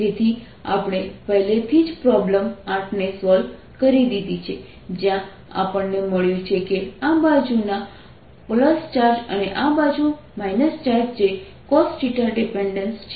તેથી આપણે પહેલેથી જ પ્રોબ્લેમ 8 ને સોલ્વ કરી દીધી છે જ્યાં આપણને મળ્યું છે કે આ બાજુના ચાર્જ અને આ બાજુ ચાર્જ જે cosθ ડિપેન્ડેન્સ છે